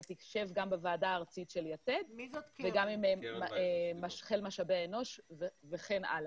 ותשב גם בוועדה הארצית של יתד וגם עם חיל משאבי אנוש וכן הלאה.